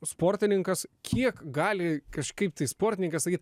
sportininkas kiek gali kažkaip tai sportininkas sakyt